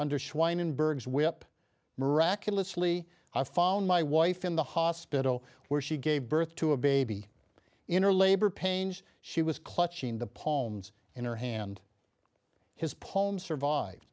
under swine in berg's way up miraculously i found my wife in the hospital where she gave birth to a baby in her labor pains she was clutching the poems in her hand his poem survive